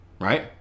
Right